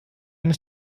eine